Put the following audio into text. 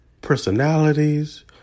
personalities